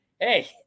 Hey